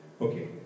Okay